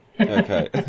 Okay